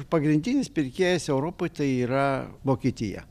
pagrindinis pirkėjas europoj tai yra vokietija